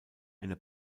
eine